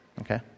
Okay